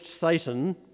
Satan